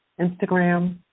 Instagram